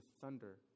thunder